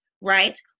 right